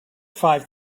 five